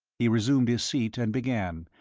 he resumed his seat, and began,